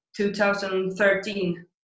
2013